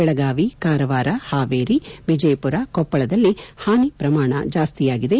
ಬೆಳಗಾವಿ ಕಾರವಾರ ಹಾವೇರಿ ವಿಜಯಮರ ಕೊಪ್ಪಳದಲ್ಲಿ ಹಾನಿ ಪ್ರಮಾಣ ಜಾಸ್ತಿಯಾಗಿದೆ